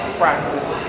practice